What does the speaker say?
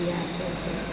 इएह सबसँ